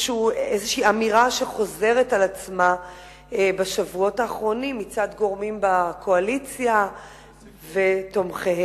אמירה שחוזרת על עצמה בשבועות האחרונים מצד גורמים בקואליציה ותומכיהם.